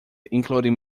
including